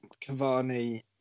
Cavani